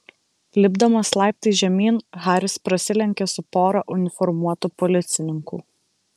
lipdamas laiptais žemyn haris prasilenkė su pora uniformuotų policininkų